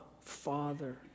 Father